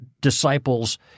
disciples